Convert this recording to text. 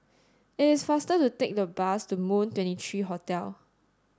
it is faster to take the bus to Moon twenty three Hotel